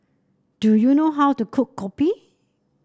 do you know how to cook Kopi